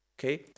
okay